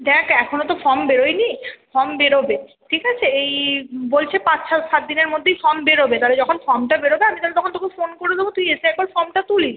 দেখ এখনও তো ফর্ম বেরোয়নি ফর্ম বেরোবে ঠিক আছে এই বলছে পাঁচ ছ সাত দিনের মধ্যেই ফর্ম বেরোবে তাহলে যখন ফর্মটা বেরোবে আমি তাহলে তখন তোকে ফোন করে দেবো তুই এসে একবার ফর্মটা তুলিস